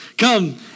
Come